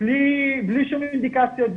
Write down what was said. בלי שום אינדיקציות,